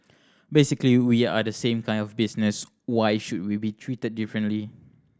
basically we are the same kind of business why should we be treated differently